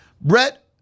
Brett